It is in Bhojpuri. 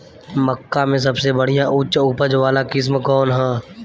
मक्का में सबसे बढ़िया उच्च उपज वाला किस्म कौन ह?